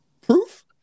Proof